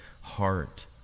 heart